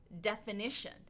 definition